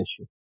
issue